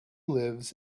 lives